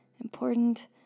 important